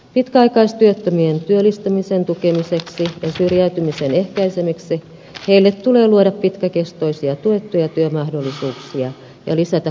pitkäaikaistyöttömien työllistämisen tukemiseksi ja syrjäytymisen ehkäisemiseksi heille tulee luoda pitkäkestoisia tuettuja työmahdollisuuksia ja lisätä koulutustoimenpiteitä